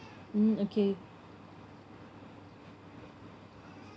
mm okay